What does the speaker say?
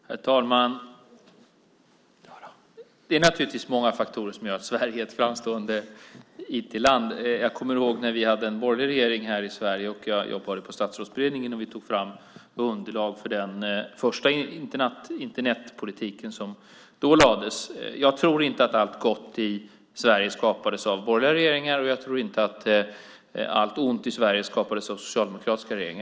Herr talman! Det är naturligtvis många faktorer som gör att Sverige är ett framstående IT-land. Jag kommer ihåg när vi hade en borgerlig regering här i Sverige. Jag jobbade på Statsrådsberedningen, och vi tog fram underlag för den första Internetpolitiken som då lades fram. Jag tror inte att allt gott i Sverige skapades av borgerliga regeringar, och jag tror inte att allt ont i Sverige skapades av socialdemokratiska regeringar.